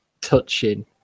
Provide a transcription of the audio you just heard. touching